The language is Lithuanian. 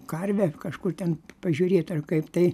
karvę kažkur ten pažiūrėt ar kaip tai